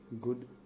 Good